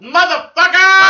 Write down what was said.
Motherfucker